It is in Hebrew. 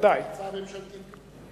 הצעה ממשלתית.